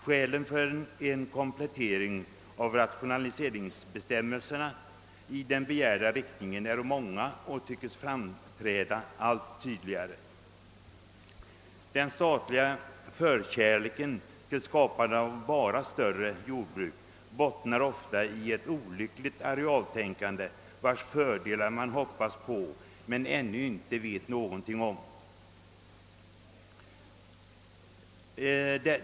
Skälen för en komplettering av rationaliseringsbestämmelserna i den begärda riktningen är många och tycks framträda allt tydligare. Den statliga förkärleken för skapande av enbart större jordbruk bottnar ofta i ett olyckligt arealtänkande, vars fördelar man hoppas på men ännu inte vet någonting om.